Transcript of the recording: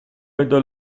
vedo